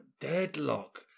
deadlock